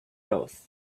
oath